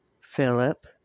Philip